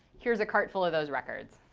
here's a cart full of those records.